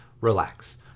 relax